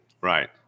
Right